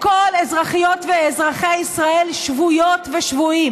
כל אזרחיות ואזרחי ישראל שבויות ושבויים,